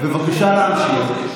בבקשה להמשיך.